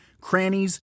crannies